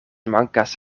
mankas